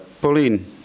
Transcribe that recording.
Pauline